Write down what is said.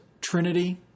trinity